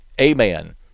amen